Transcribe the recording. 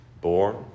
Born